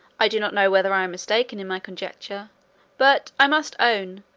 i do not know whether i am mistaken in my conjecture but i must own,